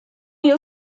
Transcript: yıl